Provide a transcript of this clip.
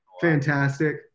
fantastic